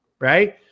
right